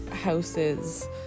houses